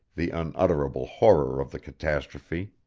the unutterable horror of the catastrophe.